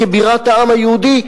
כבירת העם היהודי.